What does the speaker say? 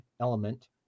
element